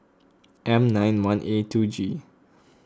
M nine one A two G